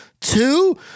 two